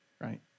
right